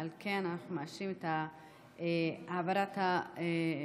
על כן אנחנו מאשרים את העברת ההצעה